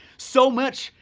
so much,